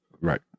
Right